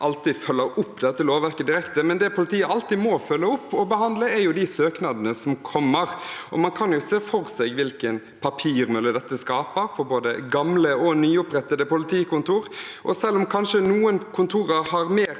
alltid følger opp dette lovverket direkte, men det politiet alltid må følge opp og behandle, er de søknadene som kommer. Man kan jo se for seg hvilken papirmølle dette skaper for både gamle og nyopprettede politikontor, og selv om kanskje noen kontor har mer